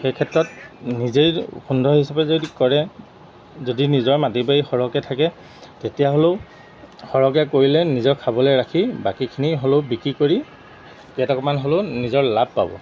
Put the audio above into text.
সেই ক্ষেত্ৰত নিজেই সুন্দৰ হিচাপে যদি কৰে যদি নিজৰ মাটি বাৰী সৰহকৈ থাকে তেতিয়াহ'লেও সৰহকৈ কৰিলে নিজৰ খাবলৈ ৰাখি বাকীখিনি হ'লেও বিক্ৰী কৰি কেইটকামান হ'লেও নিজৰ লাভ পাব